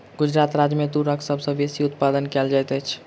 गुजरात राज्य मे तूरक सभ सॅ बेसी उत्पादन कयल जाइत अछि